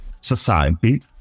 Society